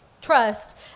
trust